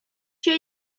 się